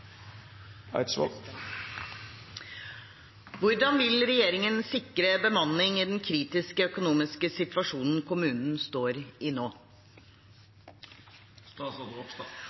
Hvordan vil regjeringen sikre bemanning i den kritiske økonomiske situasjonen kommunene står i